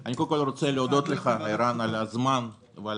אני קודם כל רוצה להודות לך על הזמן ועל